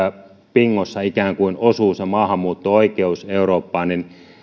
bingossa ikään kuin osuu maahanmuutto oikeus eurooppaan se on